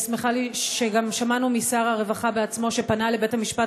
שמענו גם משר הרווחה בעצמו שהוא פנה לבית-המשפט